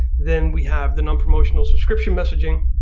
then we have the non-promotional subscription messaging,